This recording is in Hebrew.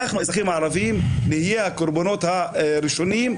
אנחנו האזרחים הערבים נהיה הקורבנות הראשונים.